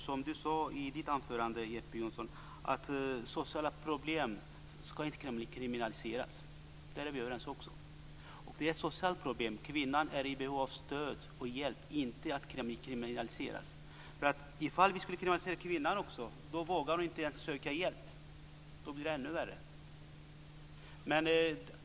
Jeppe Johnsson sade ju i sitt anförande att sociala problem inte ska kriminaliseras. Där är vi överens. Det handlar alltså om ett socialt problem. Kvinnan är i behov av stöd och hjälp, inte av att kriminaliseras. Ifall kvinnan också kriminaliseras vågar hon inte ens söka hjälp och då blir det ännu värre.